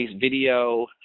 video